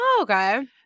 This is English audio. Okay